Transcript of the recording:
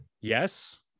yes